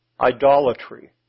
idolatry